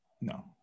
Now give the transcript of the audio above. No